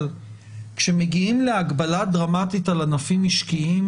אבל כאשר מגיעים להגבלה דרמטית על ענפים משקיים,